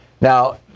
Now